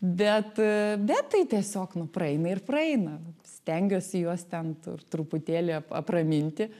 bet bet tai tiesiog nu praeina ir praeina stengiuosi juos ten tur truputėlį ap apraminti